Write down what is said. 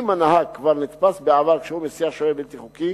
אם הנהג כבר נתפס בעבר כשהוא מסיע שוהה בלתי חוקי,